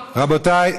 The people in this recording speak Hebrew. רבותיי,